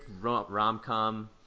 rom-com